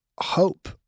hope